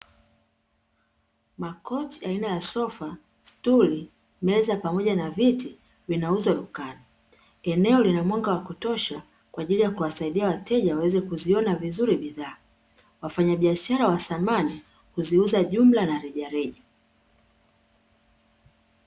Makochi aina ya sofa, stuli, meza pamoja na viti vinauzwa dukani. Eneo lina mwanga wa kutosha kwa ajili ya kuwasaidia wateja waweze kuziona vizuri bidhaa. Wafanyabiashara wa samani huviuza jumla na rejareja.